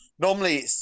Normally